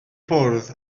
bwrdd